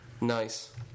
Nice